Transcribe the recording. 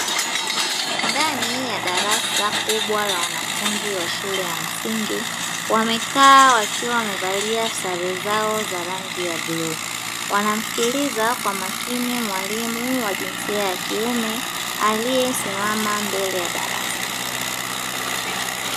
Ndani ya darasa kubwa la wanafunzi wa shule ya msingi wamekaa wakiwa wamevalia sare zao za rangi ya bluu, wanamsikiliza kwa makini mwalimu wa jinsia ya kiume aliyesimama mbele ya darasa.